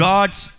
God's